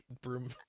broom